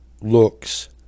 Looks